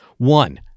One